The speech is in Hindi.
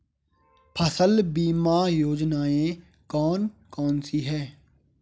फसल बीमा योजनाएँ कौन कौनसी हैं?